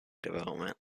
development